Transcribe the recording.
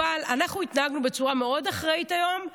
אבל אנחנו התנהגנו בצורה מאוד אחראית היום,